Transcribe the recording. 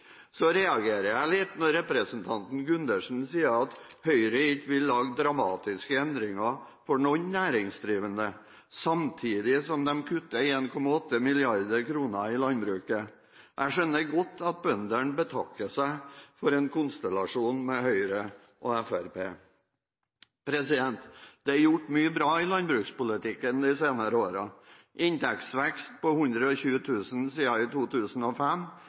Så reagerer jeg litt når representanten Gundersen sier at Høyre ikke vil lage dramatiske endringer for noen næringsdrivende, samtidig som de kutter 1,8 mrd. kr i landbruket. Jeg skjønner godt at bøndene betakker seg for en konstellasjon med Høyre og Fremskrittspartiet. Det er gjort mye bra i landbrukspolitikken de senere årene: Vi har hatt en inntektsvekst på 120 000 kr siden 2005, investeringstilskuddene er trappet opp, det er gjort flere justeringer i